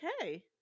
okay